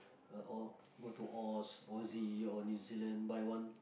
all go to all Aussie or New Zealand buy one